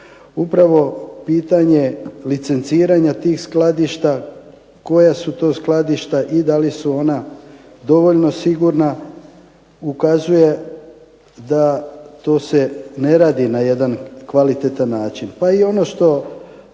Upravo pitanje licenciranja tih skladišta, koja su to skladišta i da li su ona dovoljno sigurna ukazuje da to se ne radi na jedan kvalitetan način, pa i ono što